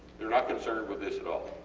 theyre not concerned with this at all.